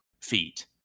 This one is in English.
feet